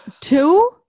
two